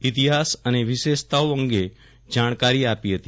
ઈતિહાસ અને વિશેષતાઓ અંગે જાણકારી આપી હતી